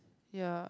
ya